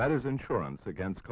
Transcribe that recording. that is insurance against